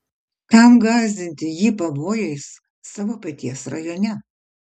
kam gąsdinti jį pavojais savo paties rajone